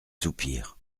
soupir